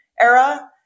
era